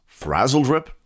Frazzledrip